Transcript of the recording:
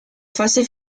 fase